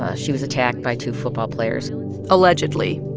ah she was attacked by two football players allegedly.